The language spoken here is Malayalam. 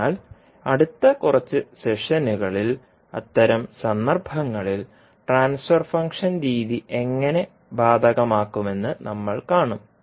അതിനാൽ അടുത്ത കുറച്ച് സെഷനുകളിൽ അത്തരം സന്ദർഭങ്ങളിൽ ട്രാൻസ്ഫർ ഫംഗ്ഷൻ രീതി എങ്ങനെ ബാധകമാക്കുമെന്ന് നമ്മൾ കാണും